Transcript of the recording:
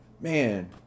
man